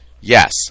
Yes